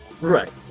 right